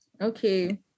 Okay